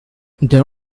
they